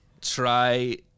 Try